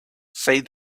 said